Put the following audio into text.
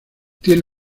tiene